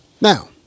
Now